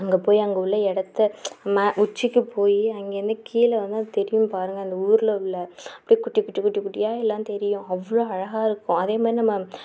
அங்கே போயி அங்கே உள்ள இடத்த ம உச்சிக்கு போயி அங்கேருந்து கீழே வந்து அதை திரும்பி பாருங்கள் அந்த ஊரில் உள்ள அப்படியே குட்டி குட்டி குட்டியாக எல்லாம் தெரியும் அவ்வளோ அழகாக இருக்கும் அதேமாதிரி நம்ம